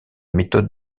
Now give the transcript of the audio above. méthode